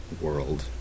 world